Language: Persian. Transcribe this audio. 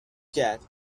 کرد